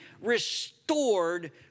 restored